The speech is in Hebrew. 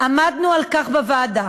עמדנו בוועדה